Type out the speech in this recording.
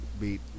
beat